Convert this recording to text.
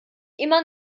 immer